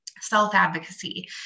Self-advocacy